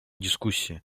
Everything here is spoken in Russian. дискуссия